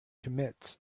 commits